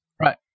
Right